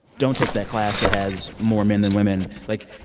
don't take that class that has more men than women. like.